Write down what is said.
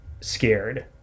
scared